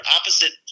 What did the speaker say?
opposite